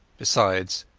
besides,